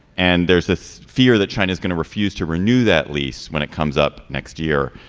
and there's this fear that china is going to refuse to renew that lease when it comes up next year.